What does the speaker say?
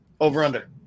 Over-under